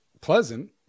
Pleasant